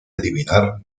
adivinar